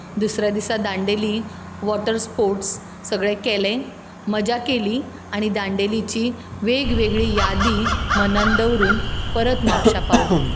दुसऱ्या दिसा Dandeli water sports सगळें केलें मज्जा केली आनी दांडेलीची वेग वेगळी यादी मनांत दवरून परत म्हापशां पावलीं